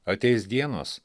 ateis dienos